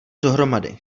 dohromady